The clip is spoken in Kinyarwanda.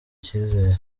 icyizere